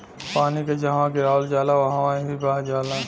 पानी के जहवा गिरावल जाला वहवॉ ही बह जाला